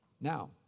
Now